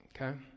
Okay